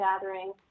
gathering